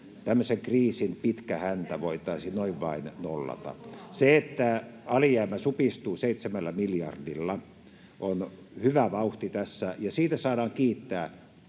tämmöisen kriisin pitkä häntä voitaisiin noin vain nollata. Se, että alijäämä supistuu 7 miljardilla, on hyvä vauhti tässä, ja siitä saadaan kiittää